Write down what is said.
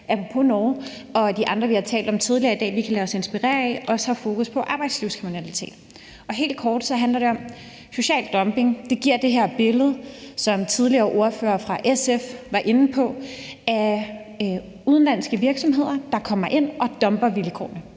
apropos Norge og de andre, vi har talt om tidligere i dag, og som vi kan lade os inspirere af, har fokus på arbejdslivskriminalitet. Helt kort handler det om, at social dumping giver det her billede, som ordføreren for SF tidligere var inde på, af udenlandske virksomheder, der kommer ind og dumper vilkårene.